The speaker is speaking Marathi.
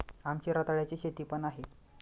आमची रताळ्याची शेती पण आहे